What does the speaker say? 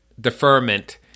deferment